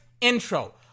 intro